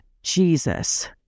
Jesus